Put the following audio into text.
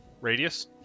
radius